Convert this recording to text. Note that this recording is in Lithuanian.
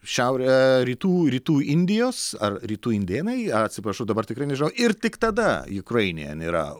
šiaurė rytų rytų indijos ar rytų indėnai atsiprašau dabar tikrai nežinau ir tik tada jukrainien yra